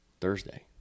Thursday